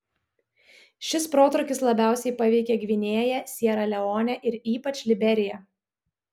šis protrūkis labiausiai paveikė gvinėją siera leonę ir ypač liberiją